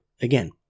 again